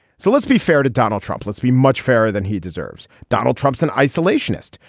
so let's be fair to donald trump. let's be much fairer than he deserves. donald trump's an isolationist.